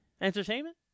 Entertainment